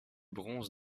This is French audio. bronze